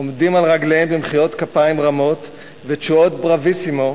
עומדים על רגליהם במחיאות כפיים רמות ותשואות "ברוויסימו",